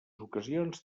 ocasions